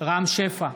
רם שפע,